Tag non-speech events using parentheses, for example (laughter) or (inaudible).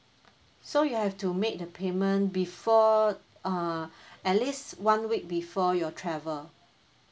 so you have to make the payment before err (breath) at least one week before your travel